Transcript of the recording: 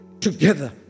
together